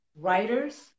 writers